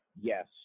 yes